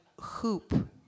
hoop